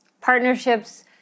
Partnerships